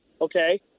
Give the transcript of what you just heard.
Okay